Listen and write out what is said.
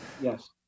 Yes